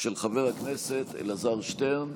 של חבר הכנסת אלעזר שטרן.